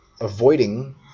avoiding